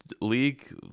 League